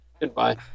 goodbye